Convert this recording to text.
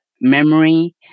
memory